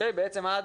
עד